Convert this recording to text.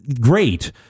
great